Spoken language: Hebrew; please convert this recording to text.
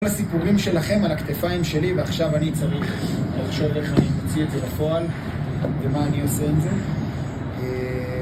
כל הסיפורים שלכם על הכתפיים שלי, ועכשיו אני צריך לחשוב איך אני מוציא את זה לפועל, ומה אני עושה עם זה.